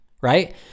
right